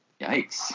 Yikes